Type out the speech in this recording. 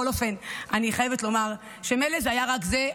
אני חייבת לומר שמילא זה היה רק זה,